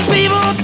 People